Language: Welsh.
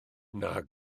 nac